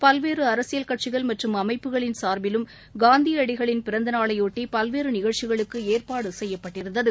பல்வேறுஅரசியல் கட்சிகள் மற்றும் அமைப்புகளின் சார்பிலும் காந்தியடிகளின் பிறந்தநாளையொட்டி பல்வேறுநிகழ்ச்சிகளுக்குஏற்பாடுசெய்யப்பட்டிருந்தது